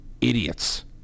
idiots